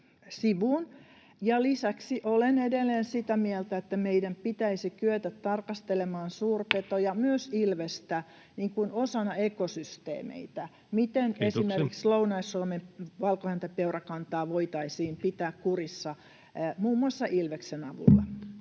Lisäksi olen edelleen sitä mieltä, että meidän pitäisi kyetä tarkastelemaan suurpetoja, myös ilvestä, osana ekosysteemeitä, [Puhemies: Kiitoksia!] kuten miten esimerkiksi Lounais-Suomen valkohäntäpeurakantaa voitaisiin pitää kurissa muun muassa ilveksen avulla.